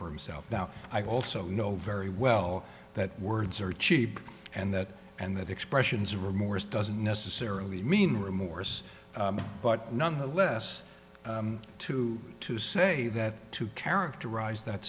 for himself now i also know very well that words are cheap and that and that expressions of remorse doesn't necessarily mean remorse but nonetheless to to say that to characterize